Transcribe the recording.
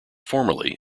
formerly